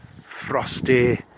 frosty